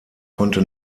konnte